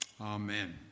Amen